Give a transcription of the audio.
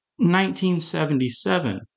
1977